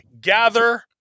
gather